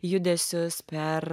judesius per